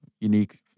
unique